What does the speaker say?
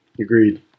Agreed